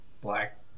black